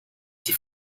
die